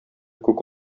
күк